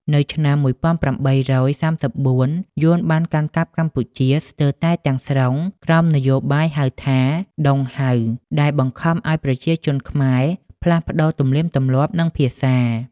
នៅឆ្នាំ ១៨៣៤ យួនបានកាន់កាប់កម្ពុជាស្ទើរតែទាំងស្រុងក្រោមនយោបាយហៅថា "ដុងហៅ" ដែលបង្ខំឱ្យប្រជាជនខ្មែរផ្លាស់ប្តូរទំនៀមទម្លាប់ និងភាសា។